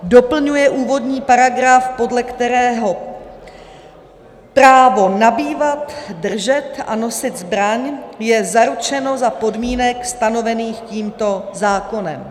Doplňuje úvodní paragraf, podle kterého právo nabývat, držet a nosit zbraň je zaručeno za podmínek stanovených tímto zákonem.